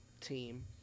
team